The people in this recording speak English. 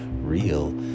real